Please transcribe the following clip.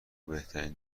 بهترین